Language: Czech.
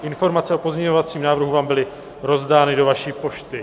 Informace o pozměňovacím návrhu vám byly rozdány do vaší pošty.